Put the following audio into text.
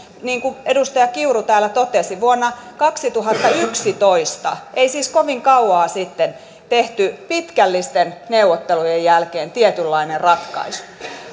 niin kuin edustaja kiuru täällä totesi vuonna kaksituhattayksitoista ei siis kovin kauan sitten tehty pitkällisten neuvottelujen jälkeen tietynlainen ratkaisu